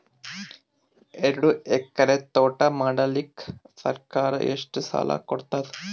ಎರಡು ಎಕರಿ ತೋಟ ಮಾಡಲಿಕ್ಕ ಸರ್ಕಾರ ಎಷ್ಟ ಸಾಲ ಕೊಡತದ?